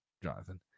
Jonathan